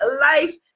life